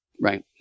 Right